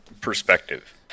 perspective